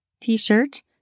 t-shirt